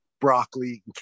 broccoli